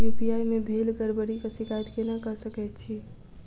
UPI मे भेल गड़बड़ीक शिकायत केना कऽ सकैत छी?